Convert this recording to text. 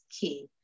key